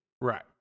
Right